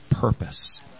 purpose